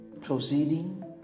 proceeding